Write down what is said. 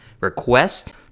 Request